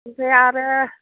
ओमफ्राय आरो